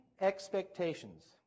expectations